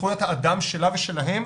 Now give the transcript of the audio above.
זכויות האדם שלה ושלהם